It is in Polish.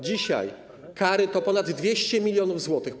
Dzisiaj kary to ponad 200 mln zł.